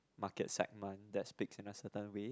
market segment that's speak in a certain way